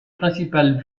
principale